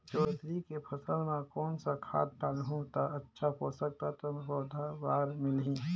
जोंदरी के फसल मां कोन सा खाद डालहु ता अच्छा पोषक तत्व पौध बार मिलही?